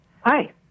Hi